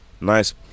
Nice